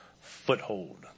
Foothold